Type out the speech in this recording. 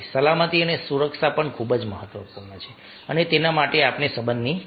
સલામતી અને સુરક્ષા પણ ખૂબ જ મહત્વપૂર્ણ છે અને તેના માટે આપણને સંબંધની જરૂર છે